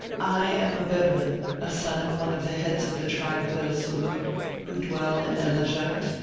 i am a bedouin, a son of one of the heads of the tribe of el-sulut, who dwell in el-lejat,